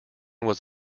was